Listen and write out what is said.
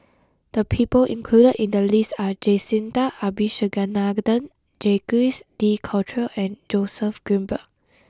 the people included in the list are Jacintha Abisheganaden Jacques de Coutre and Joseph Grimberg